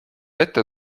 ette